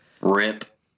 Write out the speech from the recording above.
Rip